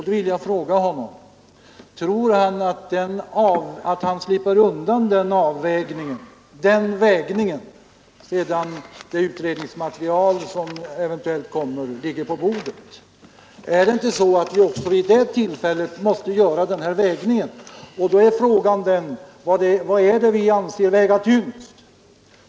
Då vill jag fråga: Tror herr Nordgren att han slipper göra den vägningen när ett eventuellt utredningsmaterial ligger på bordet? Måste vi inte även vid det tillfället göra den vägningen? Frågan är då vad vi anser väga tyngst.